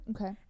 okay